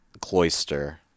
cloister